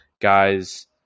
guys